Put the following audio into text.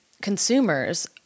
consumers